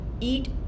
eat